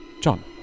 John